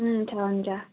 हुन्छ हुन्छ हुन्छ